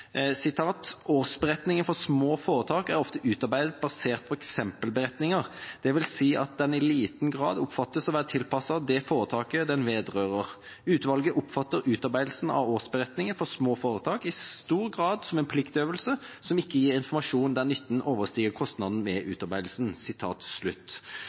liten grad oppfattes å være tilpasset det foretaket den vedrører. Utvalget oppfatter utarbeidelse av årsberetning for små foretak i stor grad som en pliktøvelse, som ikke gir informasjon der nytten overstiger kostnaden